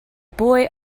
boy